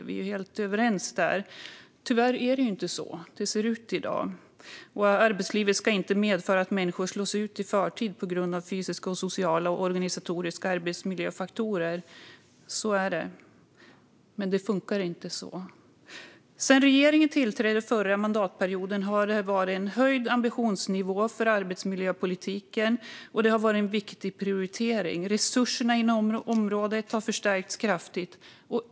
Här är vi helt överens, men tyvärr ser det inte ut så i dag. "Arbetslivet ska inte medföra att människor slås ut i förtid på grund av fysiska, sociala eller organisatoriska arbetsmiljöfaktorer." Så är det, men det funkar inte så. Sedan regeringen tillträdde förra mandatperioden har det varit en höjd ambitionsnivå för arbetsmiljöpolitiken, och det har varit en viktig prioritering. Resurserna på området har förstärkts kraftigt.